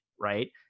right